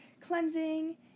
cleansing